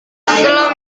setelah